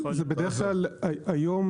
בדרך כלל היום,